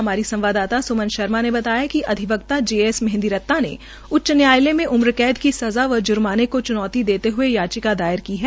हमारी संवाददाता सुमन शर्मा ने बताया है कि अधिवक्ता जे एस मेहन्दीरता ने उच्च न्यायालय में उम्र कैदा की सज़ा व ज़र्माने को च्नौती देते हये याचिका दायर की है